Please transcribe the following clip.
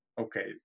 okay